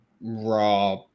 raw